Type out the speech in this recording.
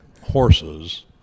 horses